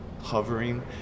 hovering